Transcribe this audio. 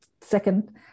second